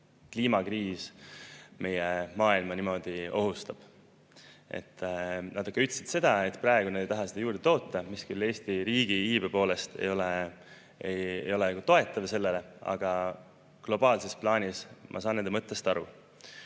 kliimakriis meie maailma niimoodi ohustab. Nad ka ütlesid seda, et praegu nad ei taha seda [süvendada], mis küll Eesti riigi iibe poolest ei ole toetav, aga globaalses plaanis ma saan nende mõttest aru.